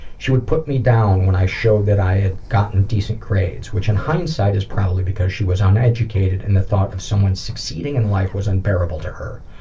she would put me down when i showed that i had gotten decent grades, which in hindsight is probably because she was uneducated and the thought of someone succeeding in life was unbearable to her.